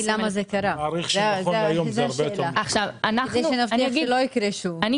כדי שזה לא יקרה שוב, צריך להבין למה זה קרה.